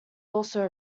also